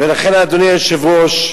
ולכן, אדוני היושב-ראש,